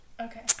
Okay